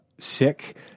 sick